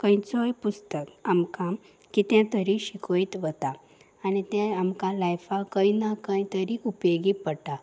खंयचोय पुस्तक आमकां कितें तरी शिकयत वता आनी तें आमकां लायफाक खंय ना खंय तरी उपेगी पडटा